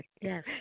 Yes